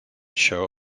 show